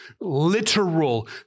literal